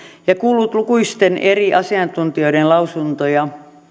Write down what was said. ja kuullut lukuisten eri asiantuntijoiden lausuntoja